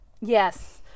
Yes